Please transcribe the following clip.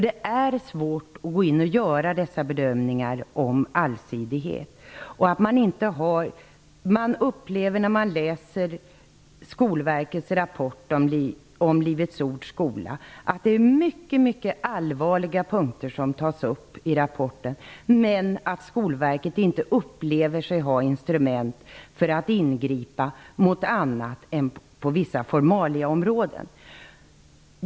Det är ju svårt att göra bedömningar om allsidigheten. När man läser Skolverkets rapport om Livets Ords skola finner man att det är mycket allvarliga punkter som tas upp i rapporten. Men Skolverket uppfattar sig inte ha instrument att ingripa annat än när det gäller viss formalia.